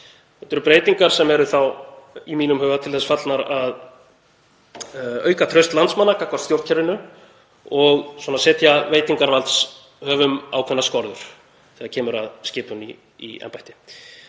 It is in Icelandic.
Þetta eru breytingar sem eru þá í mínum huga til þess fallnar að auka traust landsmanna gagnvart stjórnkerfinu og setja veitingarvaldshöfum ákveðnar skorður þegar kemur að skipun í embætti.